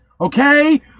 okay